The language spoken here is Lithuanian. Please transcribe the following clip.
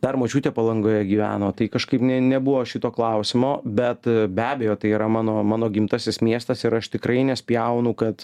dar močiutė palangoje gyveno tai kažkaip nė nebuvo šito klausimo bet be abejo tai yra mano mano gimtasis miestas ir aš tikrai nespjaunu kad